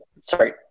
Sorry